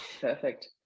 Perfect